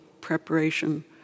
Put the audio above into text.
preparation